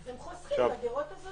אז הם חוסכים בדירות הזולות,